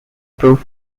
proof